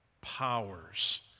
powers